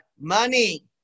Money